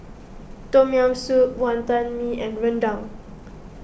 Tom Yam Soup Wantan Mee and Rendang